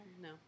No